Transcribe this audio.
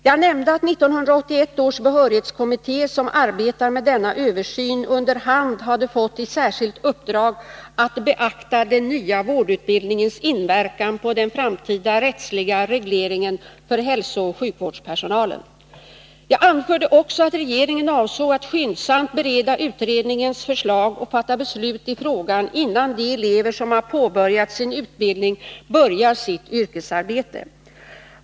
Jag nämnde att 1981 års behörighetskommitté, som arbetar med denna översyn, under hand hade fått i särskilt uppdrag att beakta den nya vårdutbildningens inverkan på den framtida rättsliga regleringen för hälsooch sjukvårdspersonalen. Jag anförde också att regeringen avsåg att skyndsamt bereda utredningens förslag och fatta beslut i frågan, innan de elever som har påbörjat sin utbildning börjar sitt yrkesarbete.